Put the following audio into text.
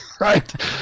right